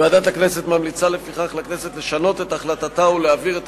ועדת הכנסת ממליצה לפיכך לכנסת לשנות את החלטתה ולהעביר את